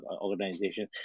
organization